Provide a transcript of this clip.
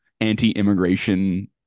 anti-immigration